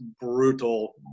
brutal